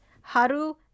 Haru